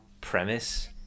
premise